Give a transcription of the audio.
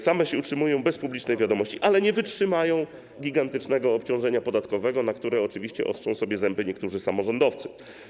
Same się utrzymują bez publicznej pomocy, ale nie wytrzymają gigantycznego obciążenia podatkowego, na które oczywiście ostrzą sobie zęby niektórzy samorządowcy.